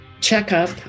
checkup